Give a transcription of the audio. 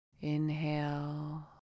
Inhale